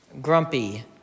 grumpy